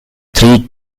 three